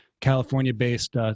California-based